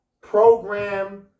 program